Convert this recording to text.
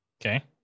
Okay